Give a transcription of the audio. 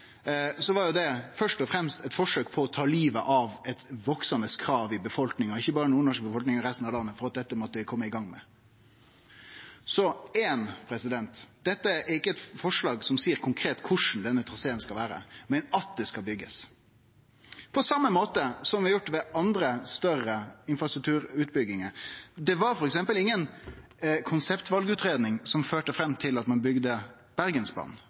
var først og fremst eit forsøk på å ta livet av eit veksande krav i befolkninga, ikkje berre i den nordnorske befolkninga, men også i resten av landet, om at dette måtte ein kome i gang med. Dette er ikkje eit forslag som seier konkret korleis denne traseen skal vere, men at det skal bli bygd – på same måte som vi har gjort ved andre, større infrastrukturutbyggingar. Det var f.eks. inga konseptvalutgreiing som førte fram til at ein bygde Bergensbanen.